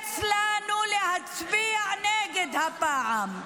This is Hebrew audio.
ייעץ לנו להצביע נגד הפעם.